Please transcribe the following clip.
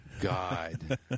God